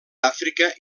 àfrica